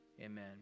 amen